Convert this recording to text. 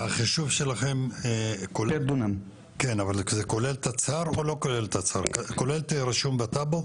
E. החישוב שלכם כולל רישום בטאבו?